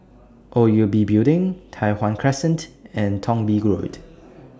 O U B Building Tai Hwan Crescent and Thong Bee Road